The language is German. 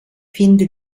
finde